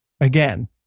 Again